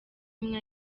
imwe